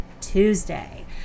Tuesday